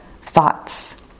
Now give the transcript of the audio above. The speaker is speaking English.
thoughts